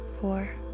four